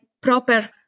proper